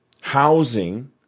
housing